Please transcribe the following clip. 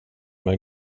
med